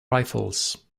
rifles